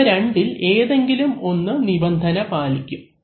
ഇവരണ്ടിൽ ഏതെങ്കിലും ഒന്ന് നിബന്ധന പാലിക്കും